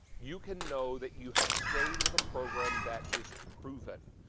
you can know that you have stayed with the program that is proven,